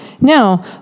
Now